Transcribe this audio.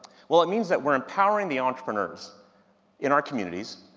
well, it means that we're empowering the entrepreneurs in our communities,